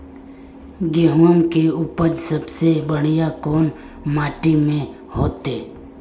गेहूम के उपज सबसे बढ़िया कौन माटी में होते?